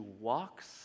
walks